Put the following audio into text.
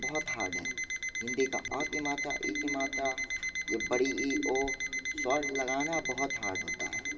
बहुत हार्ड है हिंदी का अ की मात्रा इ की मात्रा ये बड़ी इ ओ स्वर लगाना बहुत हार्ड होता है